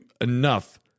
enough